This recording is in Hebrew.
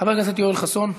חבר הכנסת יואל חסון.